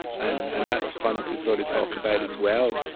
and and that's fun to sort of talk about as well.